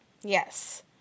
Yes